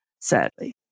sadly